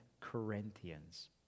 corinthians